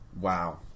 Wow